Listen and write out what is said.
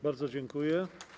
Bardzo dziękuję.